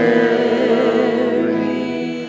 Mary